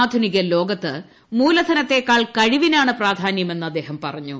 ആധുനിക ലോകത്ത് മൂലധനത്തേക്കാൾ കഴിവിനാണ് പ്രാധാന്യമെന്ന് അദ്ദേഹം പറഞ്ഞു